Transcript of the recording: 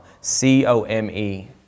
C-O-M-E